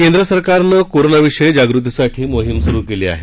केंद्र सरकारनं कोरोनाविषयी जागृतीसाठी मोहीम सुरु केली आहे